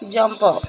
jump